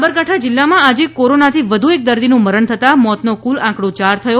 સાબરકાંઠા જિલ્લામાં કોરોનાથી વધુ એક દર્દીનું મરણ થતાં મોતનો કુલ આંકડો યાર થયો